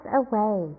away